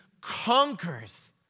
conquers